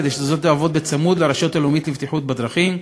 כדי שתעבוד צמוד לרשות הלאומית לבטיחות בדרכים,